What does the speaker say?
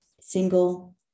single